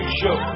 show